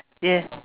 yeah